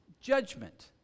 Judgment